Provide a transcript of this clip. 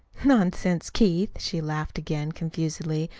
nonsense, keith! she laughed again confusedly,